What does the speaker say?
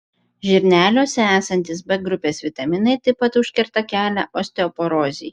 žirneliuose esantys b grupės vitaminai taip pat užkerta kelią osteoporozei